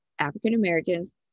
African-Americans